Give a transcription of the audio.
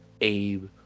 Abe